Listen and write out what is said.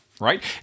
right